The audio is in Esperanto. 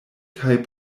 kaj